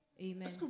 Amen